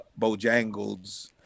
Bojangles